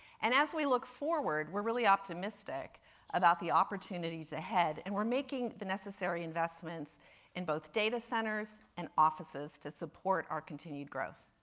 and as we look forward, we're really optimistic about the opportunities ahead, and we're making the necessary investments in both data centers and offices to support our continued growth.